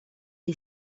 est